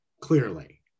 clearly